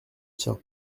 tiens